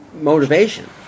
motivation